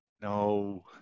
No